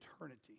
eternity